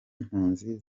impunzi